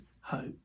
hope